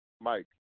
Mike